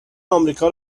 آمریکا